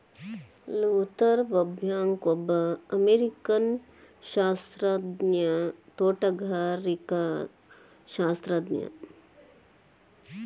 Luther ಬರ್ಬ್ಯಾಂಕ್ಒಬ್ಬ ಅಮೇರಿಕನ್ಸಸ್ಯಶಾಸ್ತ್ರಜ್ಞ, ತೋಟಗಾರಿಕಾಶಾಸ್ತ್ರಜ್ಞ